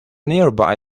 nearby